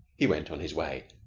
he went on his way,